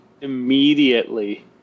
immediately